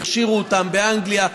הכשירו אותם באנגליה,